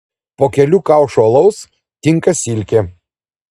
po kelių kaušų alaus tinka silkė